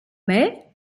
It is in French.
mai